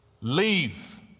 Leave